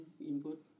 input